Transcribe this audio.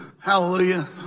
Hallelujah